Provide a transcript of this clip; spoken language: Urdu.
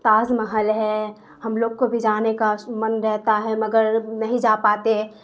تاج محل ہے ہم لوگ کو بھی جانے کا من رہتا ہے مگر نہیں جا پاتے